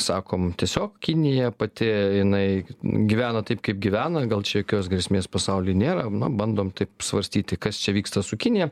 sakom tiesiog kinija pati jinai gyveno taip kaip gyvena gal čia jokios grėsmės pasauliui nėra na bandom taip svarstyti kas čia vyksta su kinija